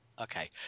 okay